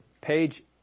page